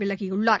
விலகியுள்ளார்